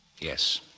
Yes